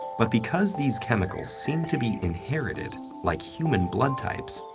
but because these chemicals seem to be inherited, like human blood types,